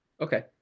Okay